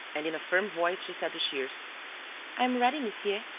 and, in a firm voice, she said to shears i am ready, monsieur.